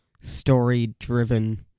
story-driven